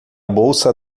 bolsa